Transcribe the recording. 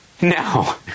now